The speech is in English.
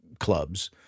clubs